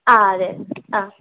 ആ അതെ അതെ അ